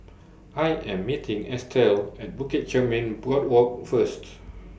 I Am meeting Estelle At Bukit Chermin Boardwalk First